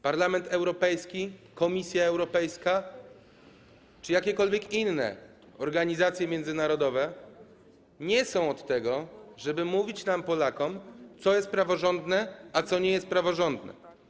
Parlament Europejski, Komisja Europejska czy jakiekolwiek inne organizacje międzynarodowe nie są od tego, żeby mówić nam, Polakom, co jest praworządne, a co nie jest praworządne.